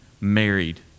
married